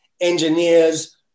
engineers